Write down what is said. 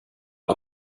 der